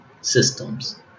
systems